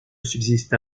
subsiste